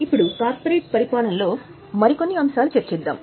ఇప్పుడు కార్పొరేట్ పాలనలో మరికొన్నిఅంశాలు చర్చిద్దాం